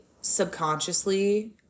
subconsciously